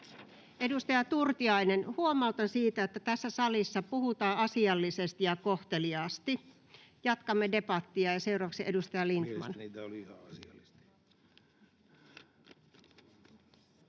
Edustaja Turtiainen, huomautan siitä, että tässä salissa puhutaan asiallisesti ja kohteliaasti. [Speech 24] Speaker: Anu